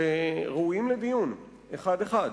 שראויים לדיון אחד-אחד.